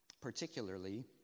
particularly